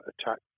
attack